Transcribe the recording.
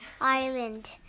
island